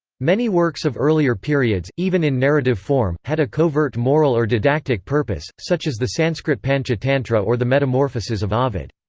many works of earlier periods, even in narrative form, had a covert moral or didactic purpose, such as the sanskrit panchatantra or the metamorphoses of ovid.